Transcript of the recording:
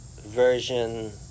version